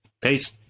Peace